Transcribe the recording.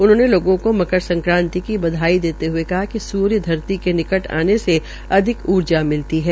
उन्होंने लोगों को मकर संक्रांति की बधाई देते ह्ये कहा कि सूर्य धरती के निकट आने से अधिक ऊर्जा मिलती है